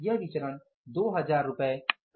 यह विचरण 2000 रुपये प्रतिकूल है